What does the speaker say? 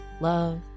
love